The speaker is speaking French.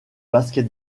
basket